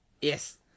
Yes